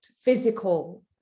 physical